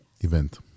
event